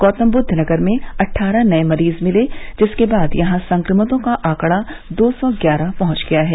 गौतमबुद्ध नगर में अट्ठारह नए मरीज मिले जिसके बाद यहा संक्रमितों का आंकड़ा दो सौ ग्यारह पहुंच गया है